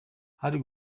hari